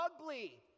ugly